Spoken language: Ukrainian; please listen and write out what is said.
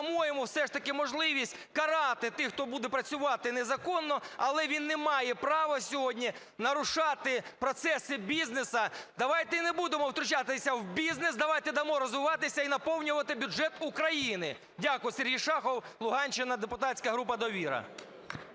дамо йому все ж таки можливість карати тих, хто буде працювати незаконно, але він не має права сьогодні нарушати процеси бізнесу. Давайте не будемо втручатися в бізнес, давайте дамо розвиватися і наповнювати бюджет України. Дякую. Сергій Шахов, Луганщина, депутатська група "Довіра".